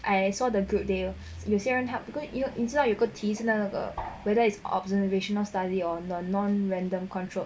I saw the good deal 有些人他 you know because help because 有些人那个 whether is observational study or non random control